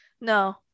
no